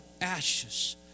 ashes